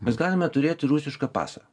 mes galime turėti rusišką pasą